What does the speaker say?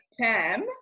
Pam